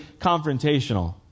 confrontational